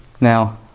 now